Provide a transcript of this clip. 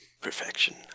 Perfection